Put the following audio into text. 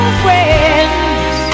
friends